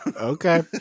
Okay